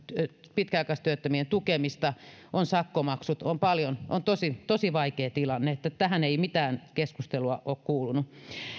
pitkäaikaistyöttömien tukemista on sakkomaksut on paljon on tosi vaikea tilanne tähän ei mitään keskustelua ole kuulunut